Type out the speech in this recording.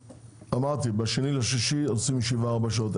אמרתי שב-2 במרץ תהיה ישיבה ארבע שעות,